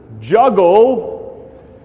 juggle